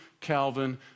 Calvin